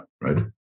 Right